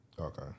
Okay